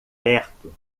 perto